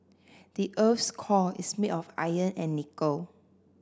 the earth's core is made of iron and nickel